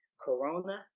Corona